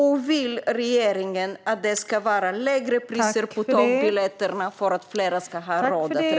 Och vill regeringen att det ska vara lägre priser på tågbiljetterna så att fler ska ha råd att resa?